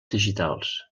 digitals